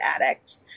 addict